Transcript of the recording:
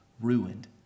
ruined